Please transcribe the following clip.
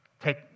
Take